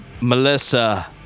Melissa